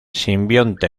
simbionte